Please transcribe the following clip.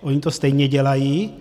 Oni to stejně dělají.